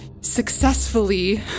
successfully